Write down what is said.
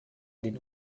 den